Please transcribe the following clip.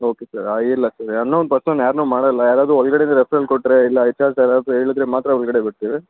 okay sir ಇಲ್ಲ sir unknown person ಯಾರನ್ನೂ ಮಾಡೋಲ್ಲ ಯಾರಾದರೂ ಒಳಗಡೆಯಿಂದ ರೆಫ್ರಲ್ ಕೊಟ್ಟರೆ ಇಲ್ಲ ಹೆಚ್ ಆರ್ಸ್ ಯಾರಾದರೂ ಹೇಳದ್ರೆ ಮಾತ್ರ ಒಳಗಡೆ ಬಿಡ್ತೀವಿ